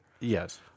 Yes